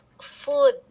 food